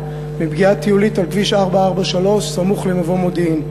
מפגיעת טיולית על כביש 443 סמוך למבוא-מודיעים.